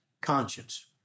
conscience